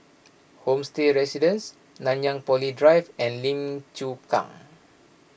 Homestay Residences Nanyang Poly Drive and Lim Chu Kang